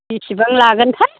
बेसेबां लागोनथाय